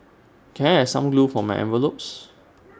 can I have some glue for my envelopes